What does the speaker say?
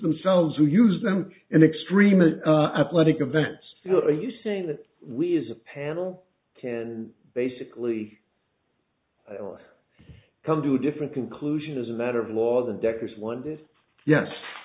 themselves who use them in extremely athletic events are you saying that we as a panel can basically all come to a different conclusion as a matter of law decker